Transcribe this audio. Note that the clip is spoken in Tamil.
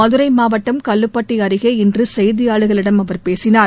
மதுரை மாவட்டம் கல்லுப்பட்டி அருகே இன்று செய்தியாளர்களிடம் அவர் பேசினார்